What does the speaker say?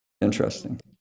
Interesting